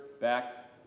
back